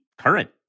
current